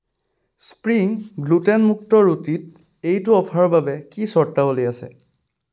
spring গ্লুটেনমুক্ত ৰুটিত এইটো অফাৰৰ বাবে কি চৰ্তাৱলী আছে